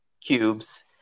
cubes